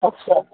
अच्छा